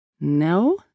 No